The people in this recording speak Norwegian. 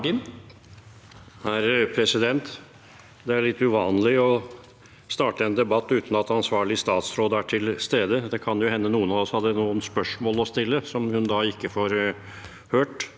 (FrP) Det er litt uvanlig å starte en debatt uten at ansvarlig statsråd er til stede. Det kan jo hende noen av oss hadde noen spørsmål å stille som hun da ikke får hørt,